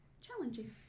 challenging